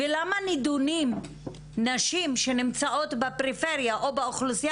למה נשים שנמצאות בפריפריה או באוכלוסייה